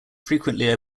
frequently